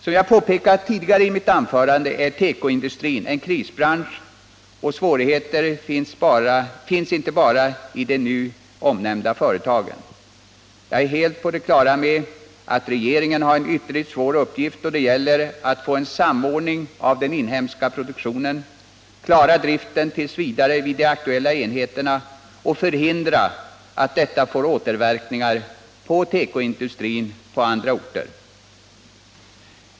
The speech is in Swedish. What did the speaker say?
Som jag påpekat tidigare i mitt anförande är tekoindustrin en krisbransch och svårigheter finns inte bara i de omnämnda företagen. Jag är helt på det klara med att regeringen har en ytterligt svår uppgift då det gäller att åstadkomma en samordning av den inhemska produktionen, klara driften tills vidare vid de aktuella enheterna och hindra att detta får återverkningar inom tekoindustrin på andra orter.